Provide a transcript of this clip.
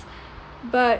but